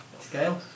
Scale